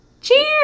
cheers